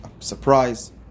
Surprise